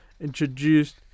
introduced